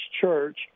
Church